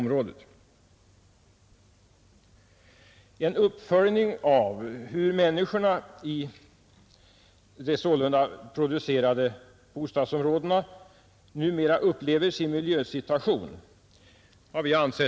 Ifrån centern har vi ansett det vara en mycket angelägen uppgift att göra en uppföljning av hur människorna i de sålunda producerade bostadsområdena numera upplever sin miljösituation.